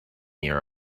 your